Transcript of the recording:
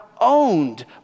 owned